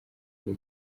ari